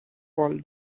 all